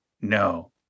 no